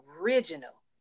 original